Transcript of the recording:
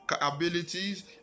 abilities